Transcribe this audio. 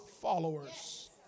followers